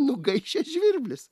nugaišęs žvirblis